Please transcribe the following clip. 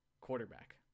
quarterback